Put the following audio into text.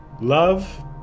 Love